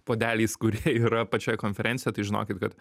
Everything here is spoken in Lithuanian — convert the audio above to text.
puodeliais kurie yra pačioj konferencijoj tai žinokit kad